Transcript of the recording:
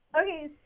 Okay